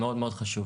זה מאוד מאוד חשוב.